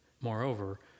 moreover